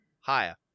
Higher